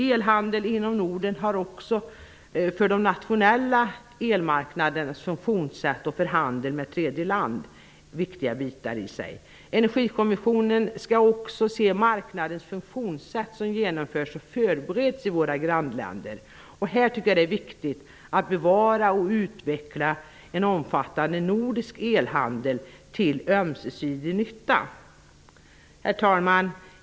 Elhandeln inom Norden är också viktig för den nationella elmarknadens funktionssätt och för handeln med tredje land. Energikommissionen skall också se på elmarknadens funktionssätt i våra grannländer. Där förbereds och genomförs ett sådant arbete. Det är viktigt att bevara och utveckla en omfattande nordisk elhandel, till ömsesidig nytta. Herr talman!